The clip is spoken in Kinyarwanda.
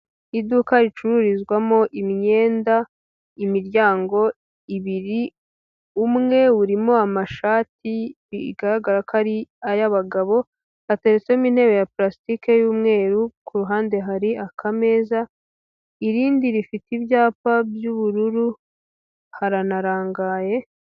Iduka ricururizwamo imyenda, imiryango ibiri umwe urimo amashati bigaragara ko ari ay'abagabo, hateretsemo intebe ya pulasitike y'umweru, ku ruhande hari akameza, irindi rifite ibyapa by'ubururu haranarangaye.